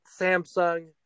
Samsung